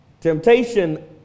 Temptation